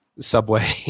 Subway